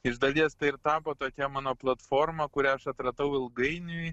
iš dalies tai ir tapo tokia mano platforma kurią aš atradau ilgainiui